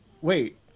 wait